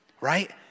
right